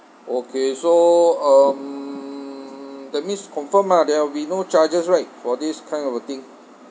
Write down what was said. okay so um that means confirm ah there will be no charges right for this kind of a thing